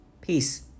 Peace